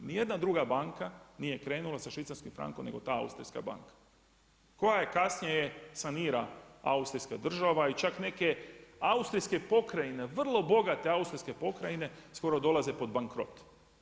Ni jedna druga banka nije krenula sa švicarskim frankom nego ta austrijska banka koju kasnije sanira austrijska država i čak neke austrijske pokrajine, vrlo bogate austrijske pokrajine skoro dolaze pod bankrot.